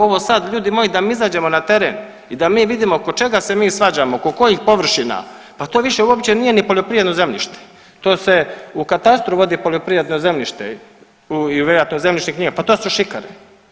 Ovo sad ljudi moji da mi izađemo na teren i da mi vidimo oko čega se mi svađamo oko kojih površina, pa to uopće više nije ni poljoprivredno zemljište, to se u katastru vodi poljoprivredno zemljište i vjerojatno u zemljišnim knjigama, pa to su šikare.